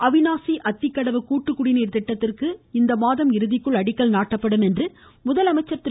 அவினாசி அத்திகடவு கூட்டுக்குடிநீர் திட்டத்திற்கு இந்த மாதம் இறுதிக்குள் அடிக்கல நாட்டப்படும் என்று முதலமைச்சர் திரு